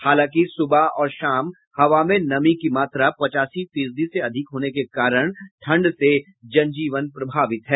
हालांकि सुबह और शाम हवा में नमी की मात्रा पचासी फीसदी से अधिक होने के कारण ठंड से जनजीवन प्रभावित है